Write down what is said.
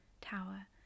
tower